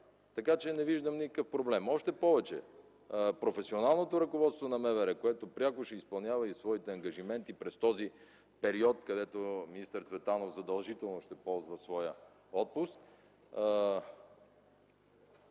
Така че не виждам никакъв проблем. Още повече, професионалното ръководство на МВР, което пряко ще изпълнява и своите ангажименти през този период, където министър Цветанов задължително ще ползва своя отпуск,